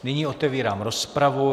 Nyní otevírám rozpravu.